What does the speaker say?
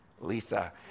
Lisa